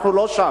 אנחנו לא שם,